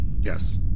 yes